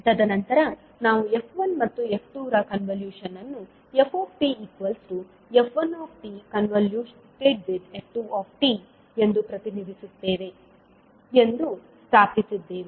ತದನಂತರ ನಾವು f1 ಮತ್ತು f2 ರ ಕಾನ್ವಲ್ಯೂಷನ್ ಅನ್ನುftf1tf2t ಎಂದು ಪ್ರತಿನಿಧಿಸುತ್ತೇವೆ ಎಂದು ಸ್ಥಾಪಿಸಿದ್ದೇವೆ